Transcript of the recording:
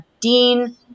Dean